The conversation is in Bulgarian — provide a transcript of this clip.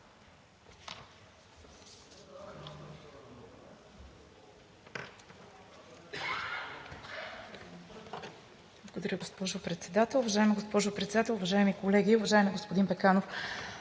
Благодаря, госпожо Председател. Уважаема госпожо Председател, уважаеми колеги, уважаеми господин Пеканов!